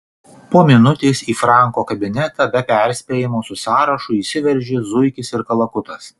po minutės į franko kabinetą be perspėjimo su sąrašu įsiveržė zuikis ir kalakutas